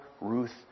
Ruth